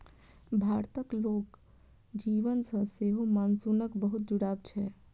भारतक लोक जीवन सं सेहो मानसूनक बहुत जुड़ाव छै